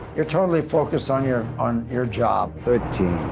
you're totally focused on your on your job. but